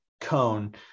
cone